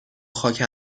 خاک